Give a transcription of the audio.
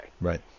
Right